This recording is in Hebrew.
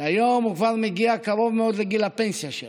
שהיום כבר מגיע קרוב מאוד לגיל הפנסיה שלו.